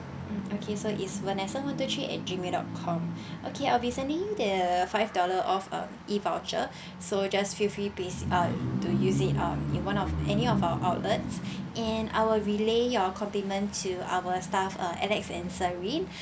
okay so it's vanessa one two three at gmail dot com okay I'll be sending you the five dollar off um E voucher so just feel free please uh to use it um in one of any of our outlets and I will relay your compliment to our staff uh alex and serene